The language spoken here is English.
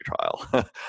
trial